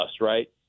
right